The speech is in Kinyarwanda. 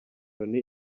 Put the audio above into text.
loni